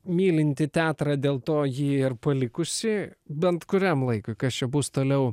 mylinti teatrą dėl to ji ir palikusi bent kuriam laikui kas čia bus toliau